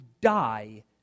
die